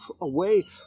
away